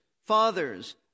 Fathers